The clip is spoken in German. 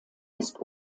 ist